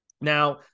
Now